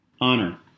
Honor